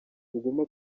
buguma